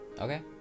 Okay